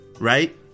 right